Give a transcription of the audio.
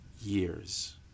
years